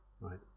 Right